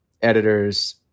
editors